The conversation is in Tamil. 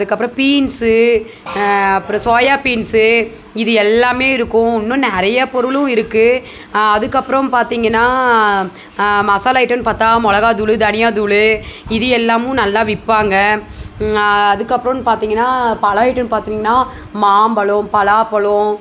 அதுக்கப்புறம் பீன்ஸு அப்புறம் சோயா பீன்ஸு இது எல்லாமே இருக்கும் இன்னும் நிறையா பொருளும் இருக்குது அதுக்கப்புறம் பார்த்தீங்கன்னா மசாலா ஐட்டோன்னு பார்த்தா மிளகாத் தூள் தனியாத் தூள் இது எல்லாமும் நல்லா விற்பாங்க அதுக்கப்புறோன்னு பார்த்தீங்கன்னா பழ ஐட்டோன்னு பார்த்தீங்கன்னா மாம்பழம் பலாப்பழம்